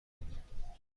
کنم